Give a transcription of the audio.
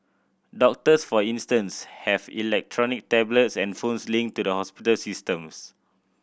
doctors for instance have electronic tablets and phones linked to the hospital systems